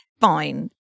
fine